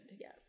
yes